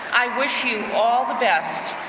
i wish you all the best.